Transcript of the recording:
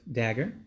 dagger